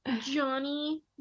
Johnny